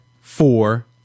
four